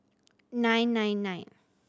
nine nine nine